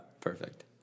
Perfect